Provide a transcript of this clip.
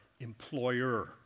employer